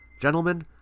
Gentlemen